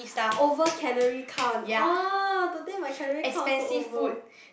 over calorie count oh today my calorie count is over